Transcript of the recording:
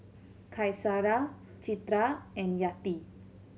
Citra and Yati